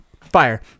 Fire